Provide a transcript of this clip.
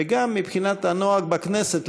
וגם מבחינת הנוהג בכנסת,